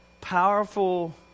powerful